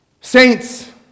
Saints